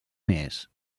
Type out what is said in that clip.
més